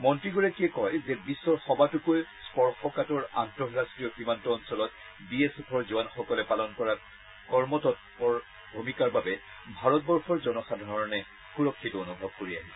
মন্ত্ৰীগৰাকীয়ে লগতে কয় যে বিশ্বৰ সবাতোকৈ স্পৰ্শকাতৰ আন্তঃৰষ্টীয় সীমান্ত অঞ্চলত বি এছ এফৰ জোৱানসকলে পালন কৰা কৰ্মতৎপৰ ভূমিকাৰ বাবে ভাৰবৰ্ষৰ জনসাধাৰণে সুৰক্ষিত অনুভৱ কৰি আহিছে